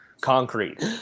concrete